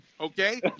Okay